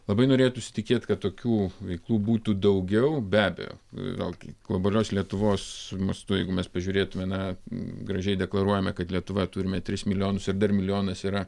labai norėtųsi tikėt kad tokių veiklų būtų daugiau be abejo gal kiek globalios lietuvos mastu jeigu mes pažiūrėtume na gražiai deklaruojame kad lietuva turime tris milijonus ir dar milijonas yra